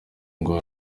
ngo